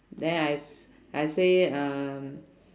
then I I say um